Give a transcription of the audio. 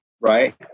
right